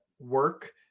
work